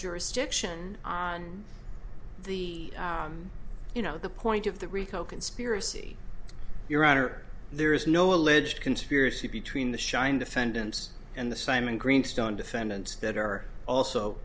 jurisdiction on the you know the point of the rico conspiracy your honor there is no alleged conspiracy between the schein defendants and the simon greenstone defendants that are also